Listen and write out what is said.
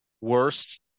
worst